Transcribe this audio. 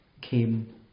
came